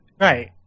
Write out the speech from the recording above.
right